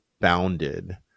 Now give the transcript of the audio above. bounded